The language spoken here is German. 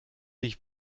ich